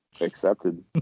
accepted